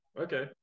Okay